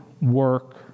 work